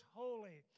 holy